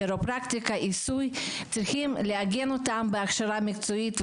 את הכירופרקטיקה והעיסוי צריכים לעגן בהכשרה מקצועית,